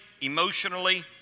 emotionally